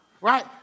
right